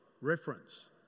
reference